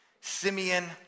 Simeon